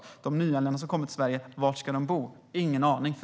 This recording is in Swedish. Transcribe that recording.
Var ska de nyanlända som kommer till Sverige bo? Ingen aning, för ni har inget svar på det.